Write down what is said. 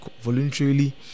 voluntarily